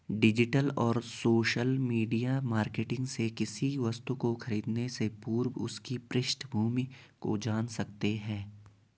digital और social media marketing से किसी वस्तु को खरीदने से पूर्व उसकी पृष्ठभूमि को जान सकते है